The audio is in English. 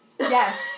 Yes